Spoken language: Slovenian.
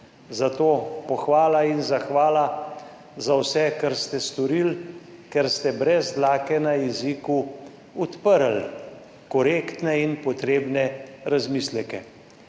Zato pohvala in zahvala za vse, kar ste storili, ker ste brez dlake na jeziku odprli korektne in potrebne razmisleke.